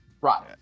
right